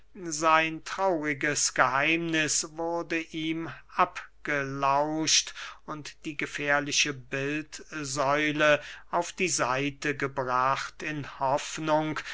sein trauriges geheimniß wurde ihm abgelauscht und die gefährliche bildsäule auf die seite gebracht in hoffnung